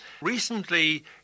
Recently